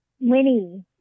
Winnie